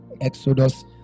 exodus